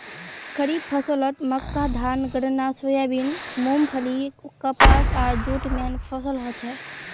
खड़ीफ फसलत मक्का धान गन्ना सोयाबीन मूंगफली कपास आर जूट मेन फसल हछेक